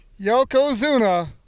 Yokozuna